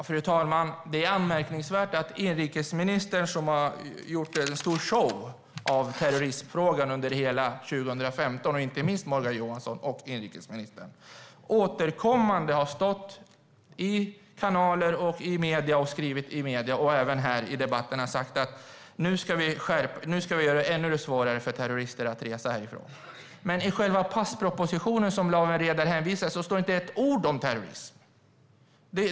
Fru talman! Inrikesministern och inte minst Morgan Johansson har gjort en stor show av terrorismfrågan under hela 2015 och har återkommande stått i tv, skrivit i medierna och även sagt här i debatterna att nu ska vi göra det ännu svårare för terrorister att resa härifrån. Därför är det anmärkningsvärt att det i själva passpropositionen, som Lawen Redar hänvisar till, inte står ett ord om terrorism.